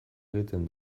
egiten